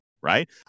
right